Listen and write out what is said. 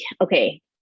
okay